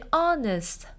honest